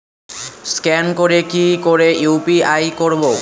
Scan করে কি করে ইউ.পি.আই করবো?